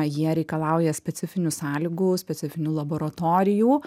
jie reikalauja specifinių sąlygų specifinių laboratorijų